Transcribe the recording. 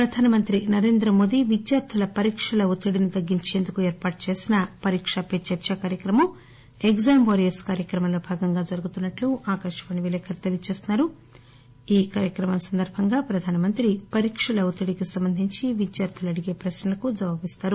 ప్రధానమంత్రి నరేంద్రమోదీ విద్యార్థులకు పరీక్షల ఒత్తిడిని తగ్గించేందుకు ఏర్పాటుచేసిన పరీకా పే చర్చా కార్యక్రమం ఎగ్లామ్ వారియర్ప్ కార్యక్రమంలో భాగంగా జరుగుతున్నట్లు ఆకాశవాణి విలేకరి తెలియజేస్తు న్నారు ఈ కార్యక్రమం సందర్బంగా ప్రధానమంత్రి పరీక్షల ఒత్తిడి కి సంబంధించి విద్యార్దులు అడిగే ప్రశ్నల కు జవాబులు ఇస్తారు